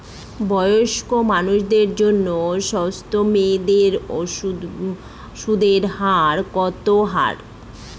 বয়স্ক মানুষদের জন্য স্বল্প মেয়াদে সুদের হার কত?